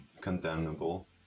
condemnable